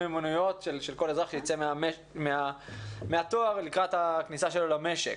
מיומנויות של כל אזרח שייצא מן התואר לקראת הכניסה שלו למשק.